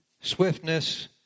swiftness